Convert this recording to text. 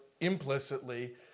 implicitly